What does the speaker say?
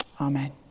Amen